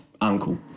uncle